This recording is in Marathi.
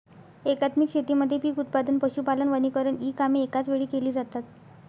एकात्मिक शेतीमध्ये पीक उत्पादन, पशुपालन, वनीकरण इ कामे एकाच वेळी केली जातात